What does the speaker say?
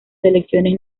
selecciones